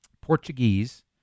Portuguese